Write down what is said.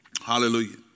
Hallelujah